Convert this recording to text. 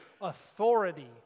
authority